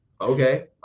okay